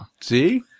See